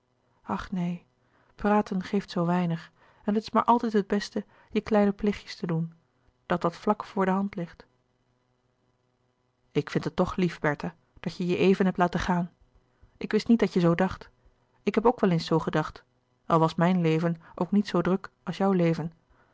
neen praten geeft zoo weinig en het is maar altijd het beste je kleine plichtjes te doen dat wat vlak voor de hand ligt ik vind het toch lief bertha dat je je louis couperus de boeken der kleine zielen even hebt laten gaan ik wist niet dat je zoo dacht ik ik heb ook wel eens zoo gedacht al was mijn leven ook niet zoo druk als je leven